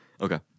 Okay